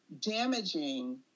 damaging